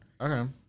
Okay